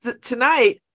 tonight